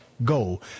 go